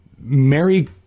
Mary